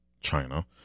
China